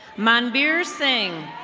manbir sing.